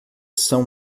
são